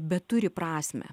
beturi prasmę